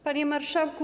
Panie Marszałku!